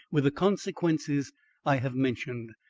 with the consequences i have mentioned.